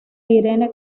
irene